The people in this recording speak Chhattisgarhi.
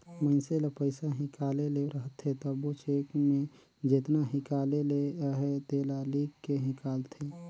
मइनसे ल पइसा हिंकाले ले रहथे तबो चेक में जेतना हिंकाले ले अहे तेला लिख के हिंकालथे